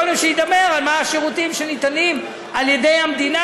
קודם שידבר על מה השירותים שניתנים על-ידי המדינה,